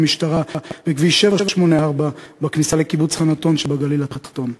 משטרה בכביש 784 בכניסה לקיבוץ חנתון שבגליל התחתון.